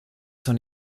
son